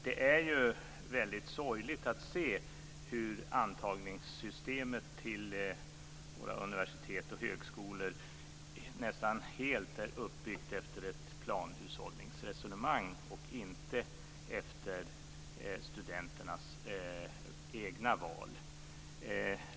Det är väldigt sorgligt att se hur antagningssystemet till våra universitet och högskolor nästan helt är uppbyggt efter ett planhushållningsresonemang och inte efter studenternas egna val.